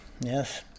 Yes